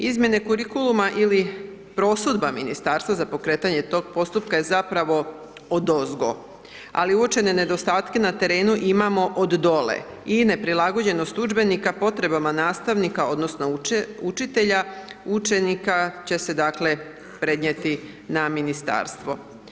Izmjene kurikuluma ili prosudba ministarstva za pokretanje tog postupka je zapravo odozgo ali uočene nedostatke na terenu imamo od dole i neprilagođenost udžbenika potrebama nastavnika odnosno učitelja, učenika će se dakle, prenijeti na Ministarstvo.